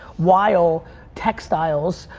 while textiles,